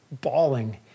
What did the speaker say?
bawling